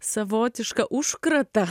savotišką užkratą